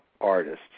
artists